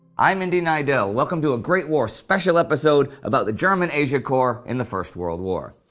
i'm indy neidell welcome to a great war special episode about the german asia corps in the first world war.